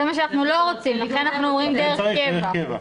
זה מה שאנחנו לא רוצים לכן אנחנו אומרים דרך קבע.